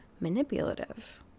manipulative